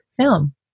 film